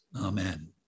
Amen